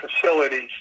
facilities